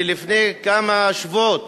שלפני כמה שבועות